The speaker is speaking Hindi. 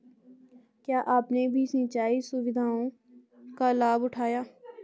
क्या आपने भी सिंचाई सुविधाओं का लाभ उठाया